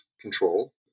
control